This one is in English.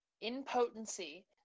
impotency –